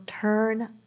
turn